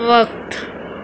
وقت